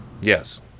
Yes